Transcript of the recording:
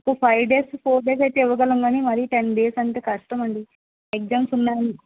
ఒక five days four days అయితే ఇవ్వగలం కానీ మరీ టెన్ డేస్ అంటే కష్టం అండీ ఎగ్జామ్స్ ఉన్నాయి